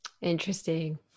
Interesting